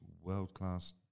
world-class